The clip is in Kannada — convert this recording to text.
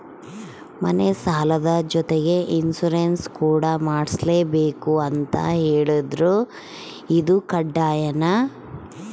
ಮನೆ ಸಾಲದ ಜೊತೆಗೆ ಇನ್ಸುರೆನ್ಸ್ ಕೂಡ ಮಾಡ್ಸಲೇಬೇಕು ಅಂತ ಹೇಳಿದ್ರು ಇದು ಕಡ್ಡಾಯನಾ?